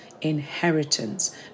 inheritance